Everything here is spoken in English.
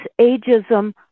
ageism